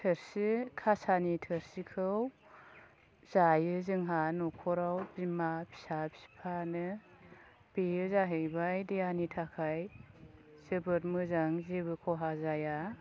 थोर्सि कासानि थोर्सिखौ जायो जोंहा नखराव बिमा फिसा फिफानो बेयो जाहैबाय देहानि थाखाय जोबोद मोजां जेबो खहा जाया